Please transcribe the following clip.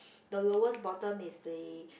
the lowest bottom is the